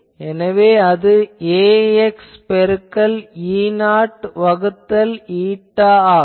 எனவே அது ax பெருக்கல் E0 வகுத்தல் η ஆகும்